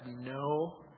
no